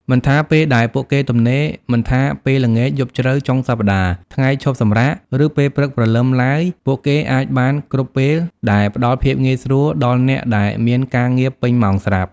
មិនថាពេលដែលពួកគេទំនេរ មិនថាពេលល្ងាច យប់ជ្រៅ ចុងសប្តាហ៍ ថ្ងៃឈប់សម្រាក ឬពេលព្រឹកព្រលឹមឡើយពួកគេអាចបានគ្រប់ពេលដែលផ្តល់ភាពងាយស្រួលដល់អ្នកដែលមានការងារពេញម៉ោងស្រាប់។